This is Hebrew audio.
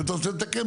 אם אתה רוצה לתקן,